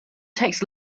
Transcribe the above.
takes